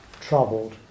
troubled